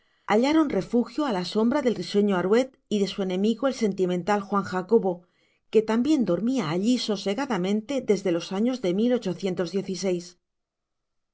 hallaron refugio a la sombra del risueño arouet y su enemigo el sentimental juan jacobo que también dormía allí sosegadamente desde los años de